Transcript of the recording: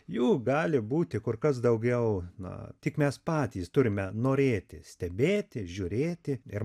jų gali būti kur kas daugiau na tik mes patys turime norėti stebėti žiūrėti ir